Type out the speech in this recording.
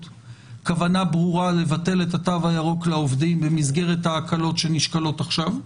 כוונה ברורה לבטל את התו הירוק לעובדים במסגרת ההקלות שנשקלות עכשיו.